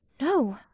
No